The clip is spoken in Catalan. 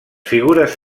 figures